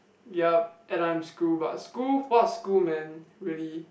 yup and I am school but school what school man really